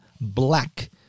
Black